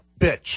bitch